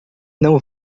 não